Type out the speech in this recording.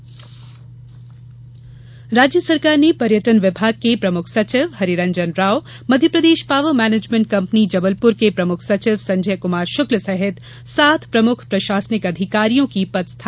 प्रशासनिक फेरबदल राज्य सरकार ने पर्यटन विभाग के प्रमुख सचिव Hariranjan Rao Madhya Pradesh power management company Jabalpur के पदेन प्रमुख सचिव संजय कुमार शुक्ल सहित सात प्रमुख प्रशासनिक अधिकारियों के विभाग बदले हैं